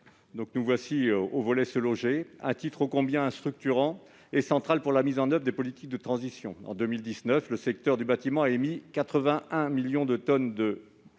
IV intitulé « Se loger », titre ô combien structurant et central pour la mise en oeuvre des politiques de transition. En 2019, le secteur du bâtiment a émis 81 millions de tonnes de